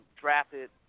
drafted